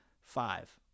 Five